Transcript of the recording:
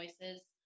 voices